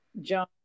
John